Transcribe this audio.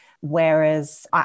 Whereas